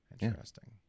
Interesting